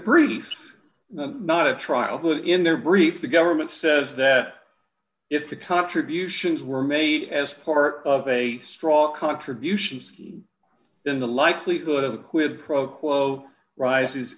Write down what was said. brief that not a trial but in their brief the government says that if the contributions were made as part of a straw contribution scheme then the likelihood of a quid pro quo rises